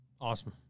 Awesome